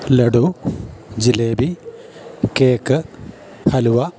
laddu jalebi cake halwa